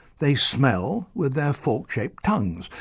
they smell with their fork-shaped tongues,